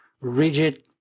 Rigid